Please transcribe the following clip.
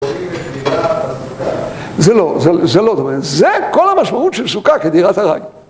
זה לא, זה לא, זה כל המשמעות של סוכה כדירת ארעי.